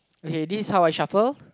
okay this is how I shuffle